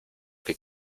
que